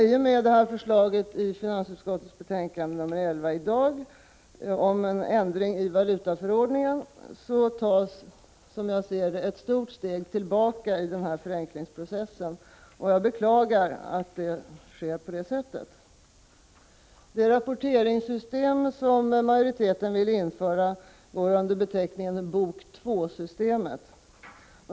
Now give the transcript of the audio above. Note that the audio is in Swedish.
I och med förslaget i finansutskottets betänkande nr 11 om ändring i valutaförordningen tas, som jag ser det, ett stort steg bakåt i denna förenklingsprocess. Jag beklagar att så sker. Det rapporteringssystem som majoriteten vill införa går under beteckningen BOK II-systemet.